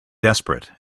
desperate